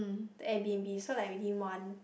the Airbnb so like we didn't want